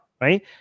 right